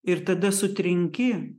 ir tada sutrinki